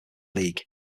league